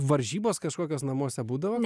varžybos kažkokios namuose būdavo